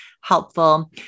helpful